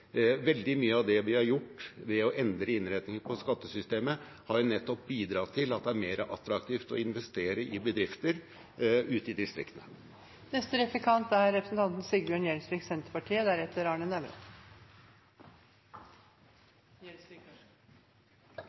Veldig mye av det vi har gjort ved å endre innretningen av skattesystemet, har nettopp bidratt til at det er mer attraktivt å investere i bedrifter ute i distriktene.